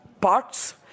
parts